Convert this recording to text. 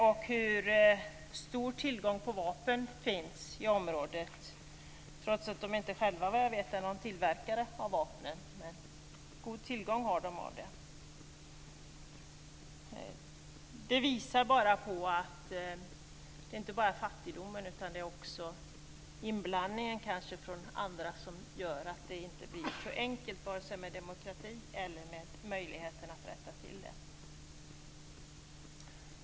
Det finns en stor tillgång på vapen i området, trots att de inte själva tillverkar några vapen, vad jag vet. Det visar att det inte bara är fattigdomen, utan även inblandningen från andra, som gör att det inte blir så enkelt med demokrati eller med möjligheterna att rätta till detta.